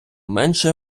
менше